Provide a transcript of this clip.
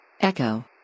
Echo